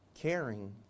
caring